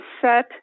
Set